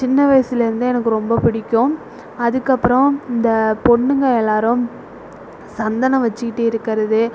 சின்ன வயசுலிருந்தே எனக்கு ரொம்ப பிடிக்கும் அதுக்கப்புறம் இந்த பொண்ணுங்கள் எல்லாேரும் சந்தனம் வச்சுக்கிட்டு இருக்கிறது